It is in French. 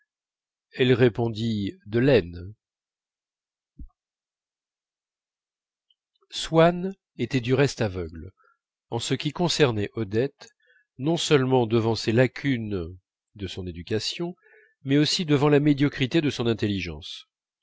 elle répondit de l'aisne swann était du reste aveugle en ce qui concernait odette non seulement devant ces lacunes de son éducation mais aussi devant la médiocrité de son intelligence